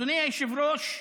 אדוני היושב-ראש,